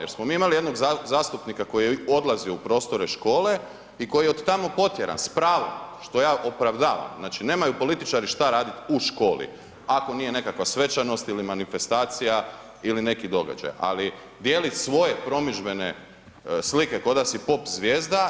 Jer smo mi imali jednog zastupnika koji je odlazio u prostore škole i koji je od tamo protjeran, s pravom, što ja opravdavam, znači nemaju političari šta raditi u školi, ako nije nekakva svečanost ili manifestacija ili neki događaj, ali dijeliti svoje promidžbene slike kao da si pop zvijezda.